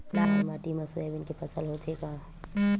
लाल माटी मा सोयाबीन के फसल होथे का?